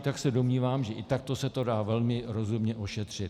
Takže se domnívám, že i takto se to dá velmi rozumně ošetřit.